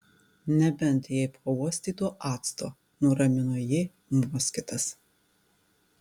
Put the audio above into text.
nebent jei pauostytų acto nuramino jį moskitas